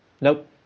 Nope